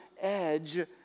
edge